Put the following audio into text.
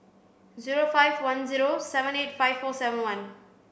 zero five one zero seven eight five four seven one